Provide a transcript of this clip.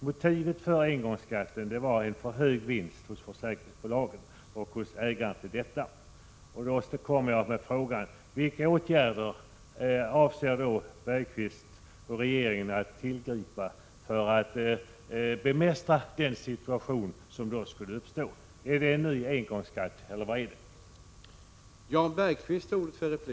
Motivet för engångsskatten var en för hög vinst hos försäkringsbolagen och deras ägare. Min fråga var: Vilka åtgärder avser Jan Bergqvist och regeringen att tillgripa för att bemästra den situation som då skulle uppstå? Blir det en ny engångsskatt, eller hur skall man förfara?